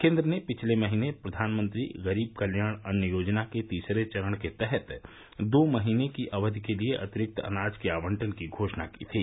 केन्द्र ने पिछले महीने प्रघानमंत्री गरीब कल्याण अन्न योजना के तीसरे चरण के तहत दो महीने की अवधि के लिए अतिरिक्त अनाज के आवंटन की घोषणा की थी